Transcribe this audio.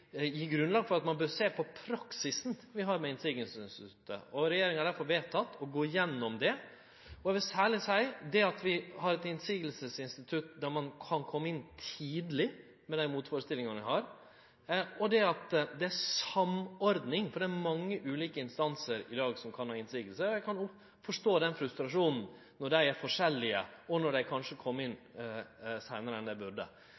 grunnlag for at ein bør sjå på praksisen vi har med motsegnsinstituttet, og regjeringa har derfor vedteke å gå gjennom dette. Vi har eit motsegnsinstitutt der ein kan kome inn tidleg med dei motførestillingane ein har, og det er ei samordning av dei motsegnene, for det er mange ulike instansar som i dag kan kome med motsegn. Eg kan forstå frustrasjonen når motsegnene er forskjellige, og når dei kanskje kjem seinare enn dei burde.